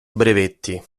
brevetti